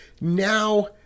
now